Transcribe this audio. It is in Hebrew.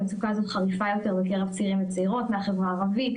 המצוקה הזאת חריפה יותר בקרב צעירים וצעירות מהחברה הערבית,